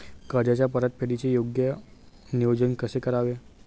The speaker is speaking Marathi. कर्जाच्या परतफेडीचे योग्य नियोजन कसे करावे?